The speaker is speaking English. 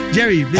Jerry